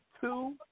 two